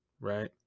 right